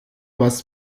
was